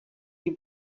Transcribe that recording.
die